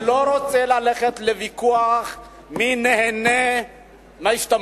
אני לא רוצה ללכת לוויכוח על מי נהנה מההשתמטות.